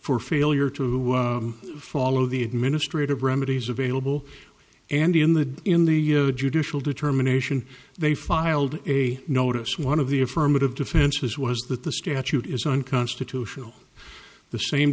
for failure to follow the administrative remedies available and in the in the judicial determination they filed a notice one of the affirmative defenses was that the statute is unconstitutional the same